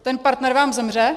Ten partner vám zemře.